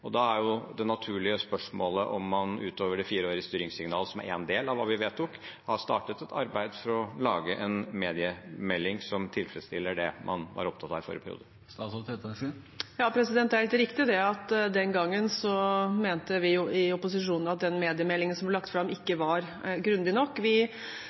og da er jo det naturlige spørsmålet om man, utover det fireårige styringssignalet – som er én del av hva vi vedtok – har startet et arbeid for å lage en mediemelding som tilfredsstiller det man var opptatt av i forrige periode. Ja, det er helt riktig at den gangen mente vi i opposisjonen at den mediemeldingen som ble lagt fram, ikke var grundig nok. Vi